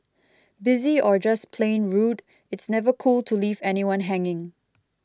busy or just plain rude it's never cool to leave anyone hanging